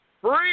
free